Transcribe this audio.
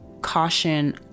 caution